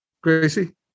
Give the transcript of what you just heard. Gracie